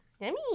Yummy